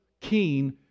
keen